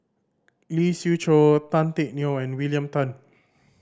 Lee Siew Choh Tan Teck Neo and William Tan